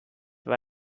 war